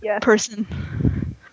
person